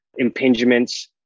impingements